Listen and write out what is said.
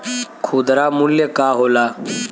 खुदरा मूल्य का होला?